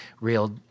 real